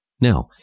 Now